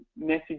message